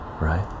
right